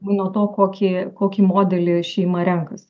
nuo to kokį kokį modelį šeima renkasi